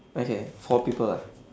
okay for people lah